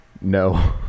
no